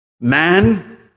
Man